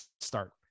start